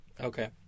Okay